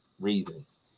reasons